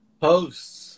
Posts